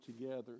together